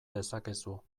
dezakezu